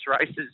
races